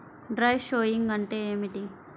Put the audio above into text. Dry sowing అంటే ఏమిటి?